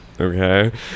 okay